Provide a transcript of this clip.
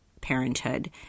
parenthood